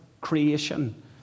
creation